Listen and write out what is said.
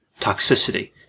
toxicity